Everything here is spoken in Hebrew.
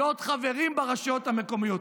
להיות חברים ברשויות המקומיות.